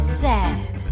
sad